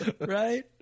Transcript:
Right